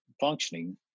functioning